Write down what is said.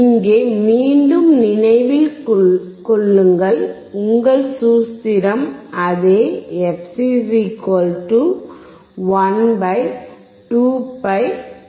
இங்கே மீண்டும் நினைவில் கொள்ளுங்கள் உங்கள் சூத்திரம் அதே fc 1 2πRC ஆக உள்ளது